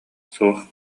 суох